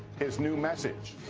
his new message.